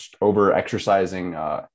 over-exercising